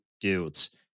dudes